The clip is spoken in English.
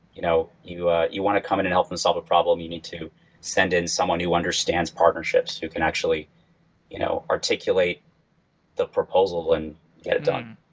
you know you ah you want to come in and help them solve a problem. you need to send in someone who understands partnerships who can actually you know articulate the proposal and get it done.